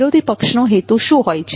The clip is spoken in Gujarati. વિરોધી પક્ષનો હેતુ શું હોય છે